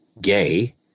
gay